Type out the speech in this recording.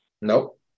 Nope